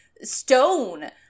stone